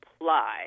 apply